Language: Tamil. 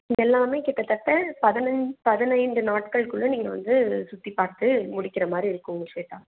இங்கே எல்லாமே கிட்டத்தட்ட பதனஞ்சு பதினைந்து நாட்கள் குள்ளே நீங்கள் வந்து சுற்றி பார்த்து முடிக்கின்ற மாதிரி இருக்கும் ஷ்வேதா